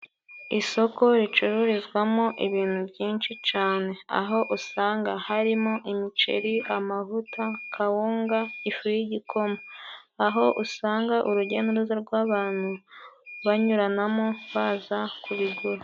Isoko ricururizwamo ibintu byinshi cane. Aho usanga harimo: imiceri, amavuta, kawunga, ifu y'igikoma. Aho usanga urujya n'uruza rw'abantu banyuranamo baza kubigura.